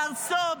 בארצו,